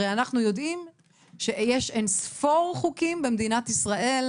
הרי אנחנו יודעים שיש אינספור חוקים במדינת ישראל,